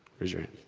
raise your hand.